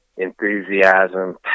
Enthusiasm